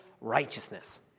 righteousness